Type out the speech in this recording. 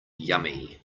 yummy